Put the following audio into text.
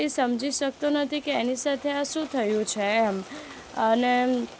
એ સમજી શકતો નથી કે એની સાથે આ શું થયું છે એમ અને